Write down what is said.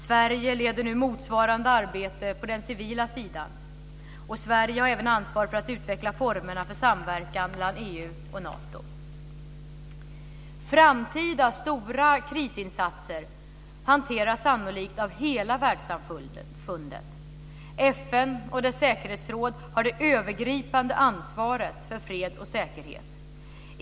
Sverige leder nu motsvarande arbete på den civila sidan. Sverige har även ansvar för att utveckla formerna för samverkan mellan EU och Nato. Framtida stora krisinsatser hanteras sannolikt av hela världssamfundet. FN och dess säkerhetsråd har det övergripande ansvaret för fred och säkerhet.